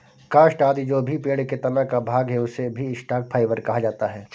काष्ठ आदि भी जो पेड़ के तना का भाग है, उसे भी स्टॉक फाइवर कहा जाता है